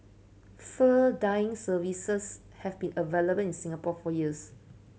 fur dyeing services have been available in Singapore for years